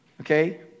Okay